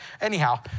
anyhow